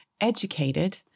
educated